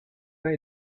pas